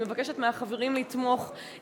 ואני מבקשת מהחברים לתמוך בו,